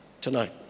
tonight